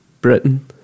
Britain